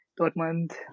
Dortmund